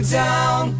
down